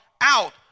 out